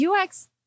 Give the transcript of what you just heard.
UX